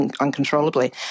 uncontrollably